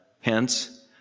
hence